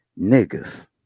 Niggas